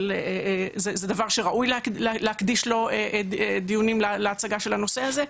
אבל זה דבר שראוי להקדיש לו דיונים להצגה של הנושא הזה.